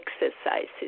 exercises